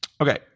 Okay